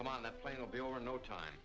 come on the plane will be over no time